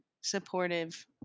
supportive